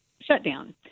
shutdown